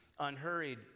unhurried